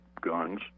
guns